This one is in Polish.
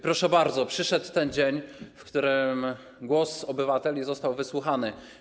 Proszę bardzo, przyszedł ten dzień, w którym głos obywateli został wysłuchany.